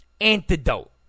antidote